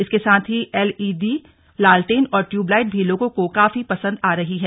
इसके साथ ही एलईडी लालटेन और ट्यूबलाइट भी लोगों को काफी पसंद आ रहे हैं